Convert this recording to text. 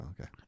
Okay